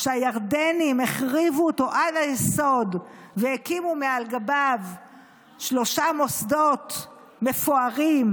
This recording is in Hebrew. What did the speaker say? שהירדנים החריבו אותו עד היסוד והקימו מעליו שלושה מוסדות מפוארים: